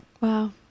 Wow